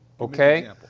Okay